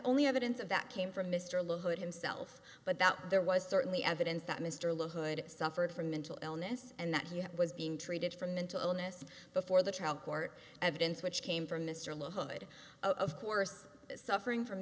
only evidence of that came from mr le hood himself but that there was certainly evidence that mr le hood suffered from mental illness and that he was being treated for mental illness before the trial court evidence which came from mr la hood of course suffering from